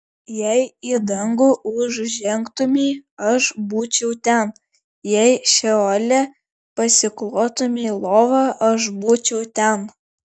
jei į dangų užžengtumei aš būčiau ten jei šeole pasiklotumei lovą aš būčiau ten